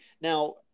now